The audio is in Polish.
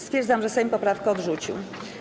Stwierdzam, że Sejm poprawkę odrzucił.